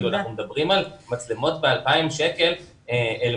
אנחנו מדברים על מצלמות ב-2,000 שקלים אל